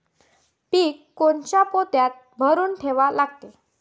पीक कोनच्या पोत्यात भरून ठेवा लागते?